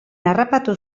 harrapatu